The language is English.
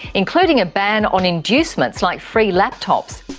including a ban on inducements like free laptops.